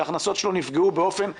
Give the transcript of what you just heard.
שהכנסות שלו נפגעו אופן חד,